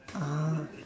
ah